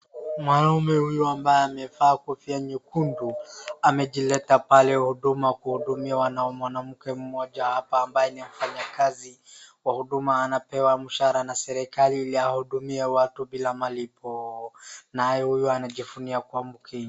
Mwanaume huyu ambaye amevaa kofia nyekendu, amejileta pale huduma kuhudumiwa na mwanamke mmoja apa ambaye anafanya kazi. kwa huduma, anapewa mshahara na serikali ili kuhudumia watu bila malipo .Naye huyu anajivunia kuwa mkenya.